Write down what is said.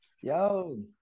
Yo